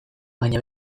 baina